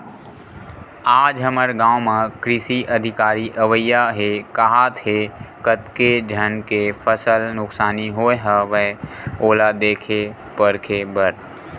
आज हमर गाँव म कृषि अधिकारी अवइया हे काहत हे, कतेक झन के फसल नुकसानी होय हवय ओला देखे परखे बर